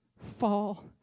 fall